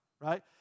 right